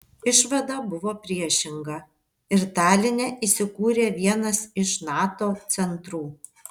išvada buvo priešinga ir taline įsikūrė vienas iš nato centrų